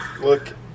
Look